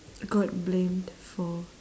got blamed for